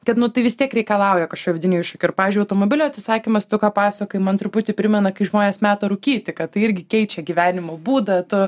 kad nu tai vis tiek reikalauja kažkokio vidinio iššūkio ir pavyzdžiui automobilio atsisakymas tu ką pasakojai man truputį primena kai žmonės meta rūkyti kad tai irgi keičia gyvenimo būdą tu